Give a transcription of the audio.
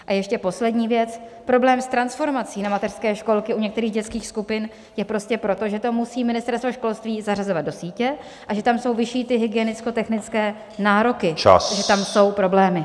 A ještě poslední věc problém s transformací na mateřské školky u některých dětských skupin je prostě proto, že to musí Ministerstvo školství zařazovat do sítě a že tam jsou vyšší hygienickotechnické nároky , že tam jsou problémy.